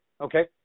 okay